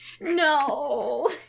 No